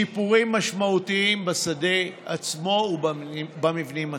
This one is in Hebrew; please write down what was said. ושיפורים משמעותיים בשדה עצמו ובמבנים עצמם.